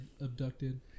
abducted